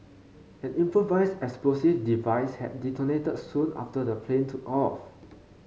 an improvised explosive device had detonated soon after the plane took off